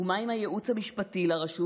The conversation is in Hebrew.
ומה עם הייעוץ המשפטי לרשות?